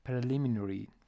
preliminary